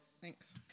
Thanks